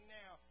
now